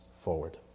forward